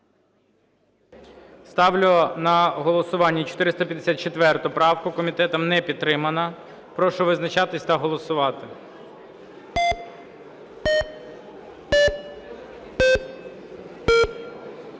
Ставлю на голосування 454 правку. Комітетом не підтримана. Прошу визначатись та голосувати.